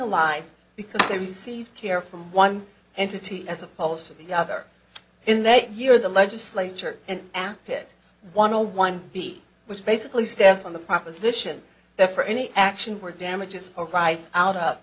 penalized because they receive care from one entity as opposed to the other in that year the legislature and act it one a one b which basically stands on the proposition that for any action for damages arise out of